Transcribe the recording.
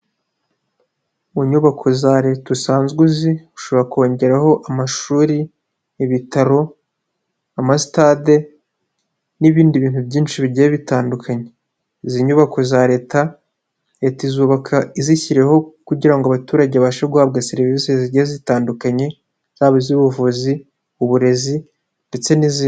Mu nyubako za leta usanzwe uzishobora kongeraho amashuri, ibitaro, ama sitade, n'ibindi bintu byinshi bigiye bitandukanye. Izi nyubako za leta, leta izubaka izishyiriyeho kugira ngo abaturage babashe guhabwa serivisi zigiye zitandukanye zaba iz'ubuvuzi, uburezi, ndetse n'izindi.